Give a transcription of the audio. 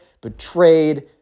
betrayed